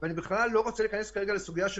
ואני בכלל לא רוצה להיכנס כרגע לסוגיה של